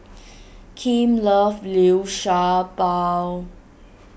Kim loves Liu Sha Bao